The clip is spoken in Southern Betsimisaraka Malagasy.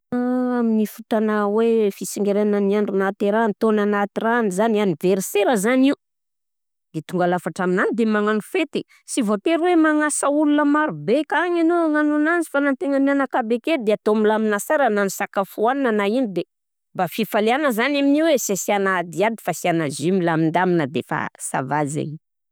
Amin'ny fotoana hoe fisingeranan'ny andro nahaterahany, taona nahatirahany zany a, aniversera zany a, ny tongalafatra aminany de magnano fety, sy voatery hoe magnasa olona maro be akagny anao agnano ananzy fa na antegna menakavy ake de atao milamina sara na ny sakafo hohanina na ino de mba fifaliagna zany amnio e sesiana adiady fa asiana jus milamindamina defa ça va zay.